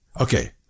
okay